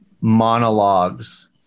monologues